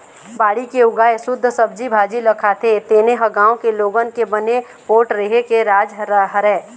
बाड़ी के उगाए सुद्ध सब्जी भाजी ल खाथे तेने ह गाँव के लोगन के बने पोठ रेहे के राज हरय